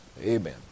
Amen